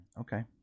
okay